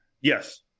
Yes